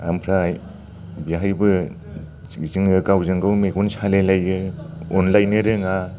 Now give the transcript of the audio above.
ओमफ्राय बेहायबो जोङो गावजों गाव मेगन सालायलायो अनलायनो रोङा